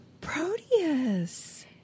Proteus